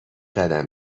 قدم